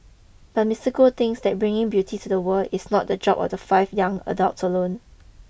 but Mister Goth thinks that bringing beauty to the world is not the job of the five young adults alone